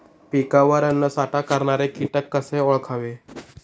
पिकावर अन्नसाठा करणारे किटक कसे ओळखावे?